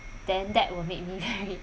then that would make me very